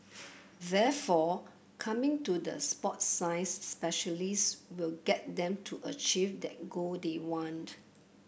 therefore coming to the sport science specialists will get them to achieve that goal they want